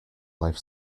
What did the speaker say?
life